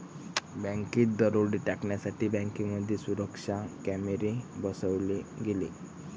बँकात दरोडे टाळण्यासाठी बँकांमध्ये सुरक्षा कॅमेरे बसवले गेले